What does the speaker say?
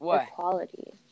equality